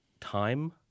time